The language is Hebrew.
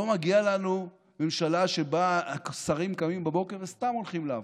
לא מגיע לנו ממשלה שבה שרים קמים בבוקר וסתם הולכים לעבוד?